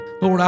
Lord